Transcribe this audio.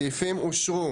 הסעיפים אושרו.